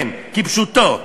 כן, כפשוטו.